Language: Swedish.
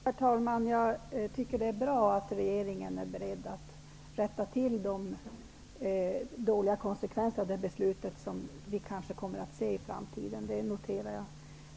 Herr talman! Jag tycker att det är bra att regeringen är beredd att rätta till de dåliga konsekvenser av beslutet som vi kanske kommer att se i framtiden. Det noterar jag.